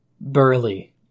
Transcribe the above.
burly